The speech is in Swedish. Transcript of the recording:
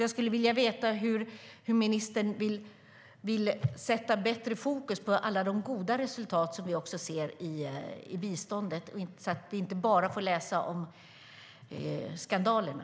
Jag skulle vilja veta hur ministern vill sätta bättre fokus på alla de goda resultat som vi ser i biståndet, så att vi inte bara får läsa om skandalerna.